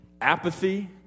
apathy